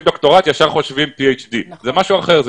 דוקטורט וישר חושבים PHD. זה משהו אחר.